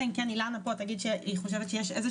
אלא אם כן אילנה תגיד שהיא חושבת שיש עוד